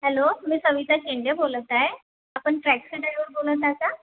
hello मी सविता शेंडे बोलत आहे आपण टॅक्सी ड्रायवर बोलता आहे का